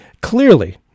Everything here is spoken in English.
clearly